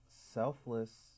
selfless